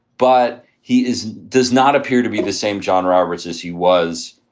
but he is does not appear to be the same john roberts as he was.